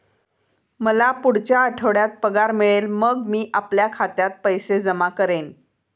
मला पुढच्या आठवड्यात पगार मिळेल मग मी आपल्या खात्यात पैसे जमा करेन